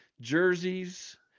jerseys